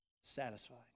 satisfied